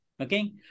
okay